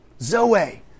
Zoe